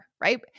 right